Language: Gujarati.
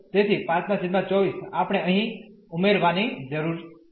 તેથી 524 આપણે અહીં ઉમેરવાની જરૂર છે